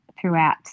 throughout